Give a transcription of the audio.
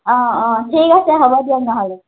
অঁ অঁ ঠিক আছে হ'ব দিয়ক নহ'লে